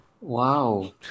Wow